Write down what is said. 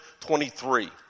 23